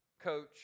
coach